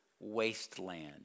wasteland